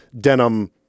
denim